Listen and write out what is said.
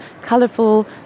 colourful